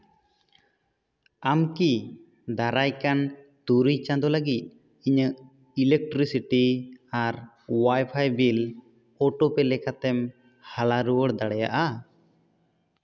ᱟᱢᱠᱤ ᱫᱟᱨᱟᱭ ᱠᱟᱱ ᱛᱩᱨᱩᱭ ᱪᱟᱸᱫᱳ ᱞᱟᱹᱜᱤᱫ ᱤᱧᱟᱹᱜ ᱤᱞᱮᱠᱴᱤᱨᱤᱥᱤᱴᱤ ᱟᱨ ᱳᱟᱭ ᱯᱷᱟᱭ ᱵᱤᱞ ᱳᱴᱳ ᱯᱮ ᱞᱮᱠᱟᱛᱮᱢ ᱦᱟᱞᱟ ᱨᱩᱣᱟᱹᱲ ᱫᱟᱲᱮᱭᱟᱜᱼᱟ